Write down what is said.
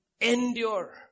endure